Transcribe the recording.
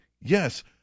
Yes